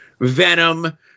Venom